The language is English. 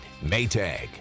Maytag